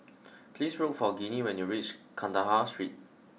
please look for Ginny when you reach Kandahar Street